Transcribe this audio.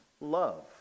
love